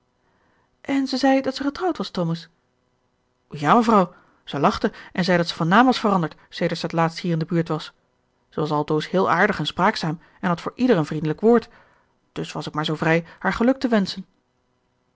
en ze zei dat ze getrouwd was thomas ja mevrouw ze lachte en zei dat ze van naam was veranderd sedert ze t laatst hier in de buurt was ze was altoos heel aardig en spraakzaam en had voor ieder een vriendelijk woord dus was ik maar zoo vrij haar geluk te wenschen